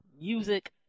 music